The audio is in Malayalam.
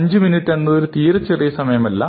അഞ്ചുമിനിറ്റ് എന്നത് തീരെ ചെറിയ ഒരു സമയമല്ല